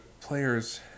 players